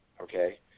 okay